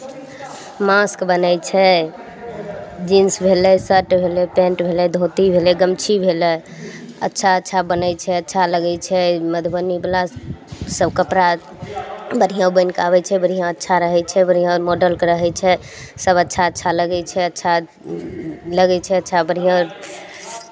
mask बनै छै jeans भेलै शॉट भेलै पेण्ट भेलै धोती भेलै गमछी भेलै अच्छा अच्छा बनै छै अच्छा लगै छै मधुबनीवला सभ कपड़ा बढ़िआँ बनि कऽ आबै छै बढ़िआँ अच्छा रहै छै बढ़िआँ मॉडलके रहै छै सभ अच्छा अच्छा लगै छै अच्छा लगै छै अच्छा बढ़िआँ